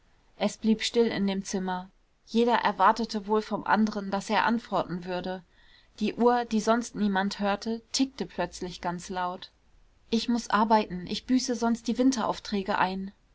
es blieb still in dem zimmer jeder erwartete wohl vom anderen daß er antworten würde die uhr die sonst niemand hörte tickte plötzlich ganz laut ich muß arbeiten ich büße sonst die winteraufträge ein